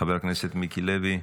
חבר הכנסת מיקי לוי.